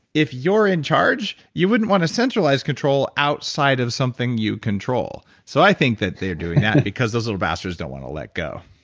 if you're in charge, you wouldn't want to centralize control outside of something you control. so i think that they're doing that, because those little bastards don't want to let go.